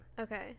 okay